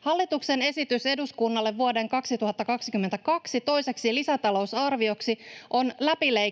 Hallituksen esitys eduskunnalle vuoden 2022 toiseksi lisätalousarvioksi on läpileikkaava